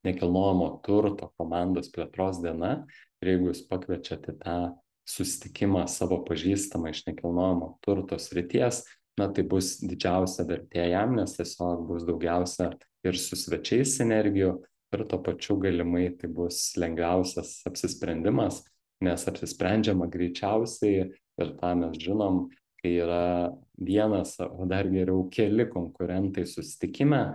nekilnojamo turto komandos plėtros diena ir jeigu jūs pakviečiat į tą susitikimą savo pažįstamą iš nekilnojamo turto srities na tai bus didžiausia vertė jam nes tiesiog bus daugiausia ir su svečiais sinergijų ir tuo pačiu galimai tai bus lengviausias apsisprendimas nes apsisprendžiama greičiausiai ir tą mes žinom kai yra vienas o dar geriau keli konkurentai susitikime